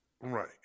right